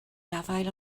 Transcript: gafael